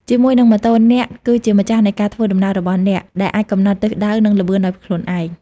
ជាមួយនឹងម៉ូតូ អ្នកគឺជាម្ចាស់នៃការធ្វើដំណើររបស់អ្នក ដែលអាចកំណត់ទិសដៅ និងល្បឿនដោយខ្លួនឯង។